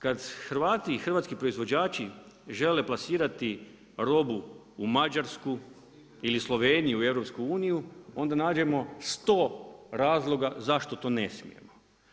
Kad Hrvati i hrvatski proizvođači žele plasirati robu u Mađarsku ili Sloveniju, EU, onda nađemo 100 razloga zašto to ne smijemo.